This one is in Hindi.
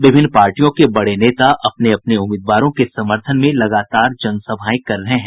विभिन्न पार्टियों के बड़े नेता अपने अपने उम्मीदवारों के समर्थन में लगातार जनसभाएं कर रहे हैं